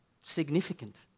significant